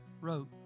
wrote